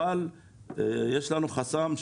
אבל יש לנו חסם,